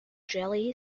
jelly